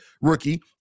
rookie